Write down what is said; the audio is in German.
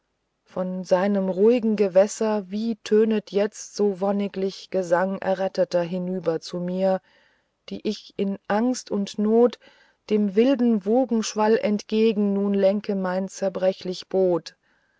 von seinem ruhigen gewässer wie tönet jetzt so wonniglich gesang erretteter hinüber zu mir die ich in angst und not dem wilden wogenschwall entgegen nun lenke mein zerbrechlich boot